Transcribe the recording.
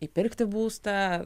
įpirkti būstą